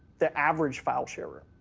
the average file sharer,